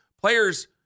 Players